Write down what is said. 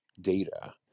Data